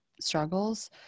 struggles